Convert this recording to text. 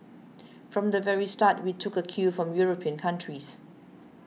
from the very start we took a cue from European countries